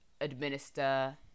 administer